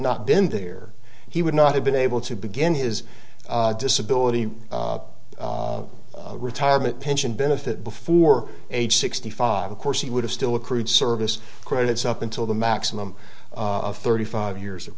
not been there he would not have been able to begin his disability retirement pension benefit before age sixty five of course he would have still accrued service credits up until the maximum thirty five years of